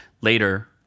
later